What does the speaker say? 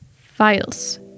files